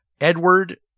Edward